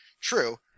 true